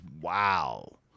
Wow